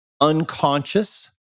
unconscious